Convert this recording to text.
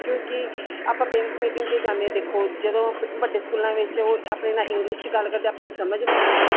ਕਿਉਂਕਿ ਆਪਾਂ parents meeting 'ਤੇ ਜਾਂਦੇ ਦੇਖੋ ਜਦੋਂ ਵੱਡੇ ਸਕੂਲਾਂ ਵਿੱਚ ਉਹ ਆਪਣੇ ਨਾਲ ਇੰਗਲਿਸ਼ 'ਚ ਗੱਲ ਕਰਦੇ ਆਪਾਂ ਨੂੰ ਸਮਝ ਨਹੀਂ ਆਉਂਦੀ